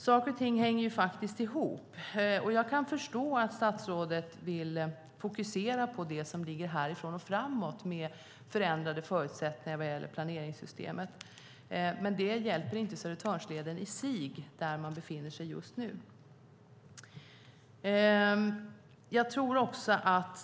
Saker och ting hänger ihop, och jag kan förstå att statsrådet vill ha fokus härifrån och framåt med förändrade förutsättningar vad gäller planeringssystemet. Men det hjälper inte Södertörnsleden med tanke på var man just nu befinner sig.